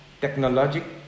technological